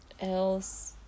else